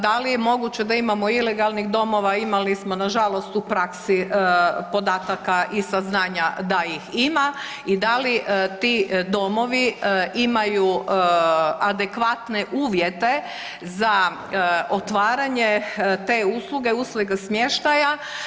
Dal je moguće da imamo ilegalnih domova, imali smo nažalost u praksi podataka i saznanja da ih ima i da li ti domovi imaju adekvatne uvjete za otvaranje te usluge, usluge smještaja.